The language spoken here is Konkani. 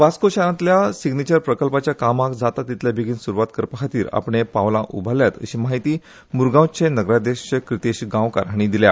वास्को शारांतल्या सिम्नेचर प्रकल्पा च्या कामाक जाता तितले बेगीन सुरवात करपा खातीर आपणें पावलां उबारल्यांत अशी माहिती मुरगांवचे नगराध्यक्ष क्रितेश गांवकार हांणी दिली